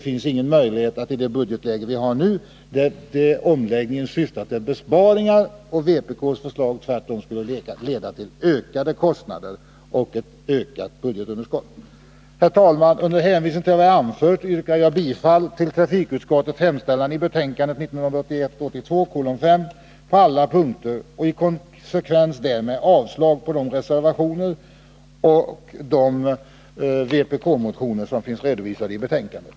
Men i det budgetläge vi nu har syftar omläggningen till besparingar, medan vpk:s förslag tvärtom skulle leda till ökade kostnader och ett ökat budgetunderskott. Herr talman! Med hänvisning till vad jag anfört yrkar jag bifall till trafikutskottets hemställan i betänkandet 1981/82:5 på alla punkter och i konsekvens därmed avslag på de reservationer som fogats till betänkandet och på de motioner som behandlats av utskottet.